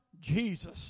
Jesus